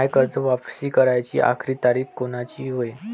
मायी कर्ज वापिस कराची आखरी तारीख कोनची हाय?